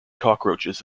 cockroaches